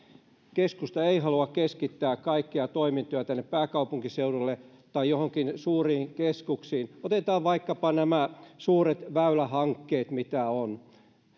keskusta ei halua keskittää kaikkia toimintoja tänne pääkaupunkiseudulle tai joihinkin suuriin keskuksiin otetaan vaikkapa nämä suuret väylähankkeet mitä on